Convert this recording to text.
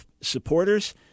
supporters